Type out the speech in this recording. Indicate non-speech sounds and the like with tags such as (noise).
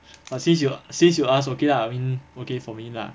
(breath) but since you since you ask okay lah I mean okay for me lah